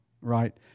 Right